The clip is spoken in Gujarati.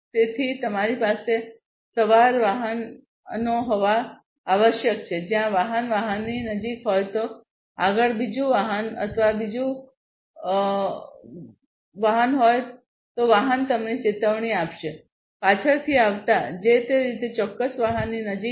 તેથી તમારી પાસે સવાર વાહનો હોવા આવશ્યક છે જ્યાં વાહન વાહનની નજીક હોય તો આગળ બીજુ વાહન અથવા બીજુ વાહન હોય તો વાહન તમને ચેતવણી આપશે પાછળથી આવતા જે તે ચોક્કસ વાહનની નજીક છે